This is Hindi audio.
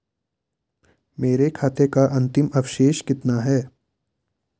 मेरे खाते का अंतिम अवशेष कितना है?